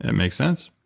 and makes sense